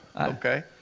okay